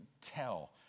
tell